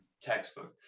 Textbook